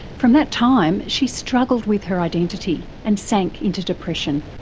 from that time she struggled with her identity and sank into depression.